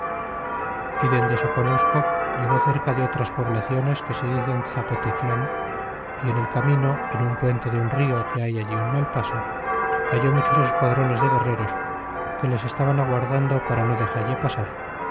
y dende soconusco llegó cerca de otras poblaciones que se dicen zapotitlan y en el camino en un puente de un rio que hay allí un mal paso hallé muchos esquadrones de guerreros que les estaban aguardando para no dexalle pasar